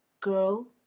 girl